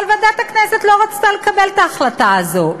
אבל ועדת הכנסת לא רצתה לקבל את ההחלטה הזאת.